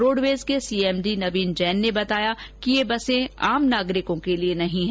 roadways के CMD Naveen Jain ने बताया कि ये बसें आम नागरिकों के लिए नहीं है